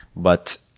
but,